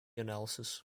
analysis